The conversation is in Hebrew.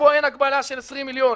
ופה אין הגבלה של 20 מיליון,